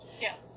Yes